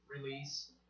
release